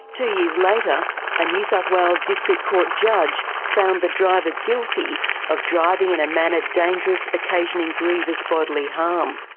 two years later a new south wales district court judge found the driver guilty of driving in a manner dangerous occasioning grievous bodily harm.